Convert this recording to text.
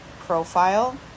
profile